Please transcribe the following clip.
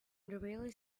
railway